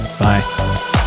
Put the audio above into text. Bye